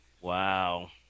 Wow